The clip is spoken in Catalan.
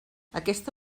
aquesta